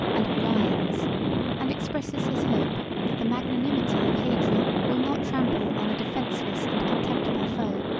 and of lions and expresses his hope that the magnanimity of hadrian will not trample on a defenceless and contemptible foe,